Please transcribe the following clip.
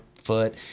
foot